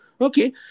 Okay